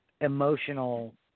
emotional